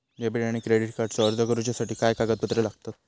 Debit आणि credit कार्डचो अर्ज करुच्यासाठी काय कागदपत्र लागतत?